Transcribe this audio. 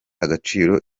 agaciro